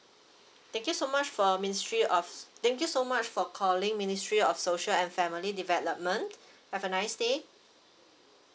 thank you so much for ministry of thank you so much for calling ministry of social and family development have a nice day